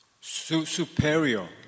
superior